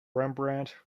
rembrandt